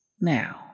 now